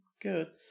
good